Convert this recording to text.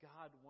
God